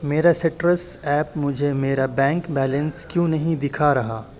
میرا سٹرس ایپ مجھے میرا بینک بیلنس کیوں نہیں دکھا رہا